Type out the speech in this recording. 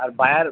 আর buyer